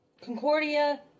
Concordia